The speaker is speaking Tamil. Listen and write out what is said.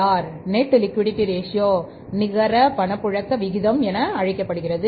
ஆர்நிகர பணப்புழக்க விகிதம் என அழைக்கப்படும்